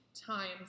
times